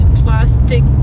plastic